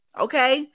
Okay